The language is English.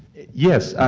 yes.